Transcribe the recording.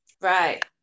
Right